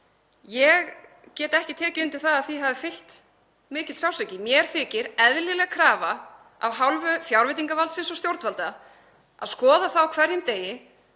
ég get ekki tekið undir að því hafi fylgt mikill sársauki. Mér þykir eðlileg krafa af hálfu fjárveitingavaldsins og stjórnvalda að skoða það á hverjum degi